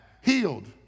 healed